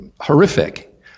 horrific